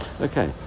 Okay